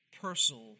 personal